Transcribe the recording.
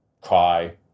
cry